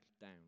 down